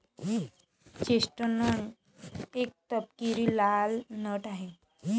chestnut एक तपकिरी लाल नट आहे